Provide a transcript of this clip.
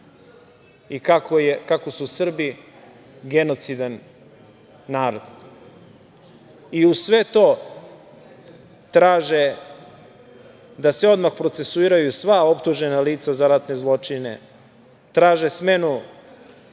i kako su Srbi genocidan narod. Uz sve to, traže da se odmah procesuiraju sva optužena lica za ratne zločine, traže smenu